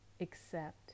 accept